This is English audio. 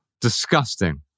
disgusting